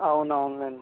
అవునవును లేండి